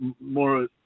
more